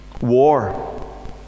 war